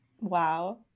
wow